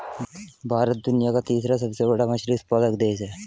भारत दुनिया का तीसरा सबसे बड़ा मछली उत्पादक देश है